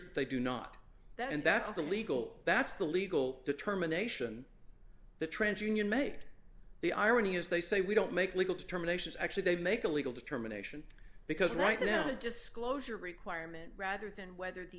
that they do not that and that's the legal that's the legal determination the trans union made the irony is they say we don't make legal determination actually they make a legal determination because right now the disclosure requirement rather than whether the